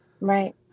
right